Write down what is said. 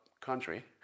country